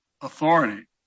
authority